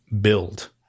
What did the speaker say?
build